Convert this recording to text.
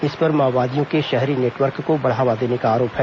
इस पर माओवादियों के शहरी नेटवर्क को बढ़ावा देने का आरोप है